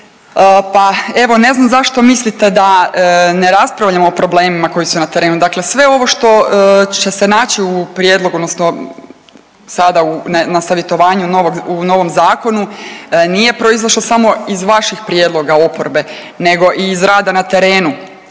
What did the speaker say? Pa evo ne znam zašto mislite da ne raspravljam o problemima koji su na terenu? Dakle, sve ovo što će se naći u prijedlogu odnosno sada na savjetovanju novog, u novom zakonu nije proizašlo samo iz vaših prijedloga oporbe nego i iz rada na terenu.